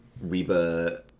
Reba